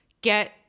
get